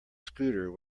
scooter